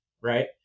right